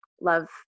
love